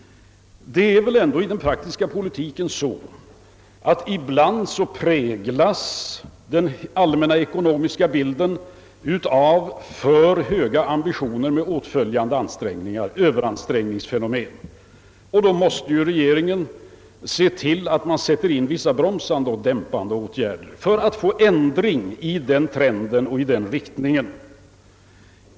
I den praktiska politiken präglas ibland den allmänna ekonomiska bilden av för höga ambitioner med åtföljande överansträngningsfenomen. Då måste regeringen se till att sätta in vissa bromsande och dämpande åtgärder för att få ändring i den eller den trenden och riktningen.